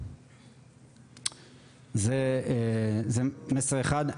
זה מסר אחד.